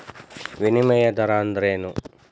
ವಿನಿಮಯ ದರ ಅಂದ್ರೇನು?